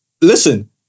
listen